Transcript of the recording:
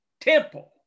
temple